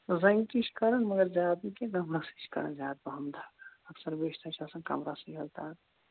زنٛگہِ تہِ چھِ کَران مگر زیادٕ نہٕ کیٚنٛہہ کَمرَسٕے چھِ کَران زیادٕ پَہَم دَگ اکثر بیشتَر چھِ آسان کَمرَسٕے حظ دَگ